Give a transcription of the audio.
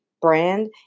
brand